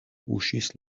kuŝis